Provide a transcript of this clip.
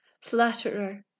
flatterer